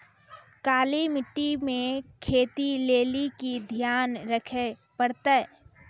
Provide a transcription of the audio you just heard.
काली मिट्टी मे खेती लेली की ध्यान रखे परतै?